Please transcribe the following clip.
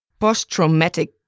post-traumatic